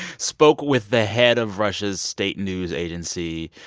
spoke with the head of russia's state news agency.